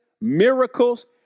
miracles